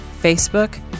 Facebook